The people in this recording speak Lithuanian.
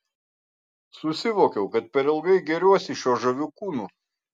susivokiau kad per ilgai gėriuosi šiuo žaviu kūnu